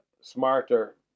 smarter